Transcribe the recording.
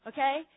Okay